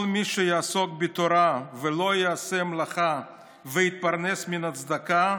כל מי שיעסוק בתורה ולא יעשה מלאכה ויתפרנס מן הצדקה,